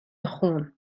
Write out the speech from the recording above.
خون